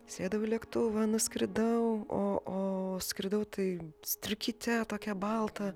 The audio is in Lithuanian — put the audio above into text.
sėdau į lėktuvą nuskridau o o skridau tai striukyte tokia balta